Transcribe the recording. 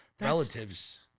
relatives